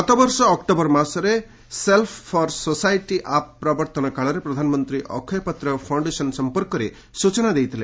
ଗତବର୍ଷ ଅକ୍ଟୋବର ମାସରେ self for society app ପ୍ରବର୍ତ୍ତନ କାଳରେ ପ୍ରଧାନମନ୍ତୀ ଅକ୍ଷୟ ପାତ୍ର ଫାଉଣ୍ଡେସନ୍ ସଂପର୍କରେ ସ୍ବଚନା ଦେଇଥିଲେ